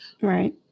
Right